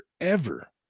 forever